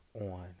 on